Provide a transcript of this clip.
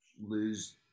Lose